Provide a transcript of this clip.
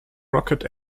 rocket